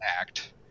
act